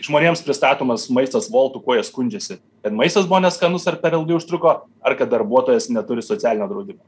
žmonėms pristatomas maistas voltu kuo jie skundžiasi kad maistas buvo neskanus ar per ilgai užtruko ar kad darbuotojas neturi socialinio draudimo